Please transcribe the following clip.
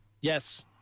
Yes